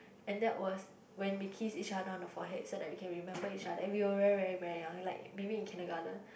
and that was when we kiss each other on the forehead so that we can remember each other then we were very very very young like maybe kindergarten